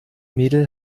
mädel